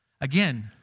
Again